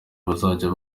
bazajya